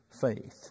faith